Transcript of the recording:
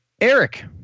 Eric